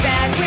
Bad